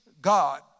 God